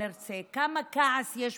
עם כל הכעס שיש